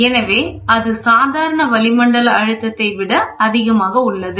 எனவே அது சாதாரண வளிமண்டல அழுத்தத்தை விட அதிகமாக உள்ளது